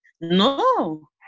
No